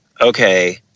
okay